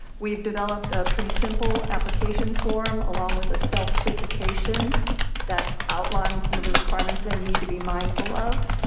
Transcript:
we've developed a pretty simple application form along with a self certification that outlines some of the requirements they need to be mindful of.